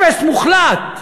אפס מוחלט.